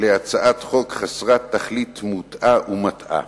ל"הצעת חוק חסרת תכלית, מוטעה ומטעה".